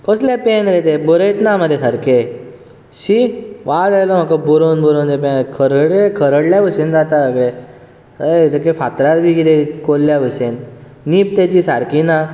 कसलें पॅन रे तें बरयतना मरे सारकें शी वाज आयलो म्हाका बरोवन बरोवन हे पळय खरडले खरडल्या बशेन जाता सगळें हय जाके फातरार बी कितें कोरिल्ल्या भशेन नीब तेची सारकी ना